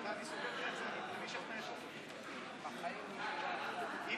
אני קובע שהצעת חוק קליטת חיילים משוחררים (הוראת שעה,